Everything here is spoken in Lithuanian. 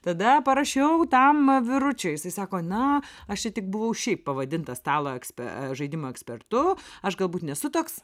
tada parašiau tam vyručiui jisai sako na aš čia tik buvau šiaip pavadintas stalo ekspe žaidimų ekspertu aš galbūt nesu toks